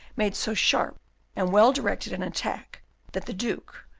made so sharp and well directed an attack that the duke,